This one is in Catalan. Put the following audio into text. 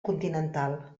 continental